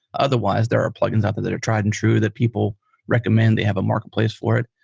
otherwise, there are plug-ins out there that are tried and true that people recommend. they have a marketplace for it.